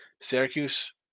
Syracuse